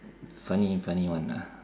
funny funny one lah